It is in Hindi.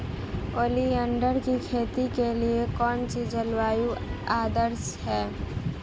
ओलियंडर की खेती के लिए कौन सी जलवायु आदर्श है?